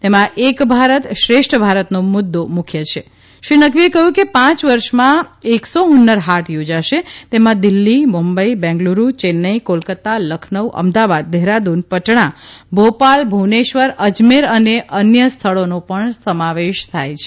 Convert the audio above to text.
તેમાં એક ભારત શ્રેષ્ઠ ભારતનો મુદ્દો મુખ્ય છે શ્રી નકવીએ કહ્યું કે પાંચ વર્ષમાં એકસો હુન્નર હાટ યોજાશે તેમાં દિલ્ફી મુંબઇ બેંગલુરૂ ચેન્નાઇ કોલકાતા લખનઉ અમદાવાદ દહેરાદૂન પટણા ભોપાલ ભુવનેશ્વર અજમેર અને અન્ય સ્થળોનો સમાવેશ થાય છે